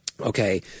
okay